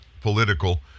political